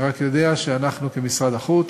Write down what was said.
אני רק יודע שאנחנו, כמשרד החוץ,